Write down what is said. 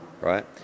right